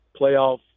playoff